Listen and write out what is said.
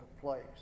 place